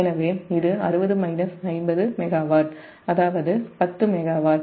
எனவே இது 60 50 மெகாவாட் அதாவது 10 மெகாவாட்